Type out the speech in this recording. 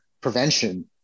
prevention